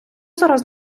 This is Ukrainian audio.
зараз